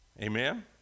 amen